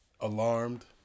Alarmed